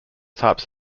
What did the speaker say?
types